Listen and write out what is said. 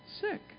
sick